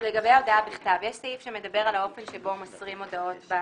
סעיף בחוק שמדבר על האופן שבו מוסרים הודעות,